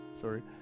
sorry